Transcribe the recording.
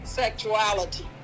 sexuality